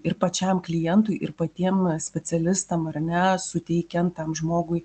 ir pačiam klientui ir patiem specialistam ar ne suteikiant tam žmogui